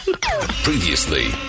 Previously